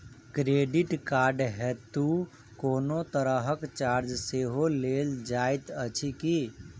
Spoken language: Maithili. क्रेडिट कार्ड हेतु कोनो तरहक चार्ज सेहो लेल जाइत अछि की?